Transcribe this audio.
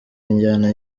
injyana